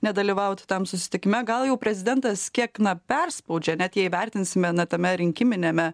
nedalyvauti tam susitikime gal jau prezidentas kiek na perspaudžia net jei vertinsime na tame rinkiminiame